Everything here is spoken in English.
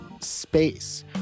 space